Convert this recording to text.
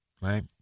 Right